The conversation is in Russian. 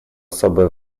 особое